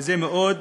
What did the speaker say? זה מאוד